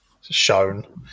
shown